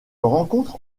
rencontre